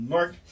Mark